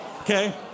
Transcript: Okay